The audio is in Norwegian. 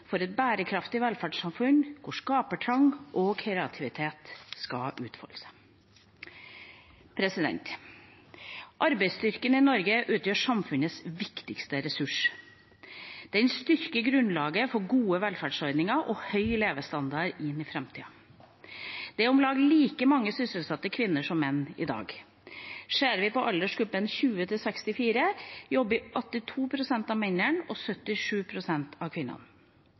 for et bærekraftig velferdssamfunn, hvor skapertrang og kreativitet skal utfolde seg. Arbeidsstyrken i Norge utgjør samfunnets viktigste ressurs. Den styrker grunnlaget for gode velferdsordninger og høy levestandard inn i framtida. Det er om lag like mange sysselsatte kvinner som menn i dag. Ser vi på aldersgruppen 20–64 år, jobbet 82 pst. av mennene og 77 pst. av kvinnene.